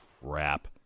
crap